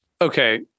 Okay